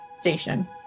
station